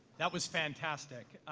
that was fantastic.